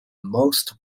most